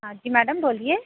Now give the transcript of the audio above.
हाँ जी मैडम बोलिए